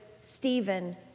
Stephen